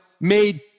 made